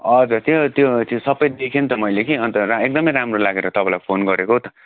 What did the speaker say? हजुर त्यो त्यो त्यो सबै देखेँ नि त मैले कि अन्त रा एकदमै राम्रो लागेर तपाईँलाई फोन गरेको त